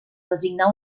designar